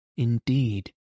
indeed